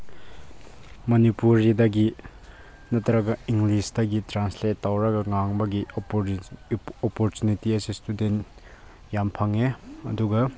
ꯃꯅꯤꯄꯨꯔꯤꯗꯒꯤ ꯅꯠꯇ꯭ꯔꯒ ꯏꯪꯂꯤꯁꯇꯒꯤ ꯇ꯭ꯔꯥꯟꯁꯂꯦꯠ ꯇꯧꯔꯒ ꯉꯥꯡꯕꯒꯤ ꯑꯣꯄꯣꯔꯆꯨꯅꯤꯇꯤ ꯑꯁꯤ ꯏꯁꯇꯨꯗꯦꯟ ꯌꯥꯝ ꯐꯪꯉꯦ ꯑꯗꯨꯒ